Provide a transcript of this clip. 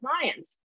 clients